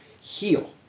heal